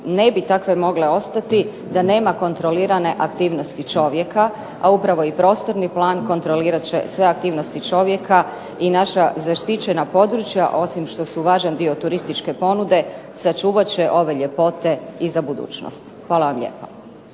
ne bi takve mogle ostati da nema kontrolirane aktivnosti čovjeka a upravo i prostorni plan kontrolirat će sve aktivnosti čovjeka i naša zaštićena područja osim što su važan dio turističke ponude sačuvat će ove ljepote i za budućnost. Hvala vam lijepa.